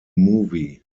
movie